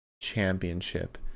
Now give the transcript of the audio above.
Championship